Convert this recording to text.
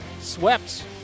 swept